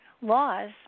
laws